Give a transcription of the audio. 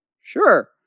Sure